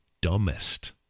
dumbest